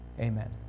Amen